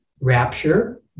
rapture